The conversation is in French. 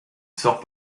sort